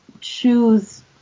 choose